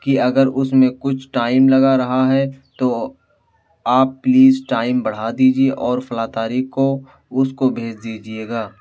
کہ اگر اس میں کچھ ٹائم لگا رہا ہے تو آپ پلیز ٹائم بڑھا دیجیے اور فلاں تاریخ کو اس کو بھیج دیجیے گا